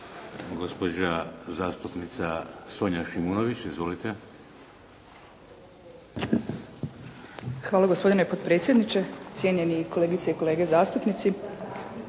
Gospođa zastupnica Sonja Šimunović. Izvolite. **Šimunović, Sonja (SDP)** Hvala gospodine potpredsjedniče, cijenjeni kolegice i kolege zastupnici